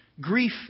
grief